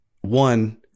one